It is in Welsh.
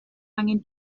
angen